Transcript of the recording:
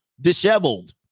disheveled